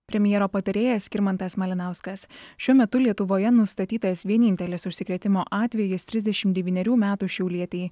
premjero patarėjas skirmantas malinauskas šiuo metu lietuvoje nustatytas vienintelis užsikrėtimo atvejis trisdešim devynerių metų šiaulietei